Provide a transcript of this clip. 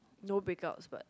no break up but